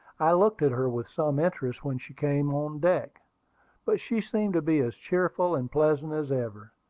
i looked at her with some interest when she came on deck but she seemed to be as cheerful and pleasant as ever.